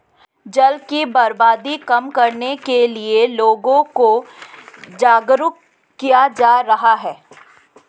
जल की बर्बादी कम करने के लिए लोगों को जागरुक किया जा रहा है